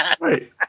Right